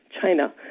China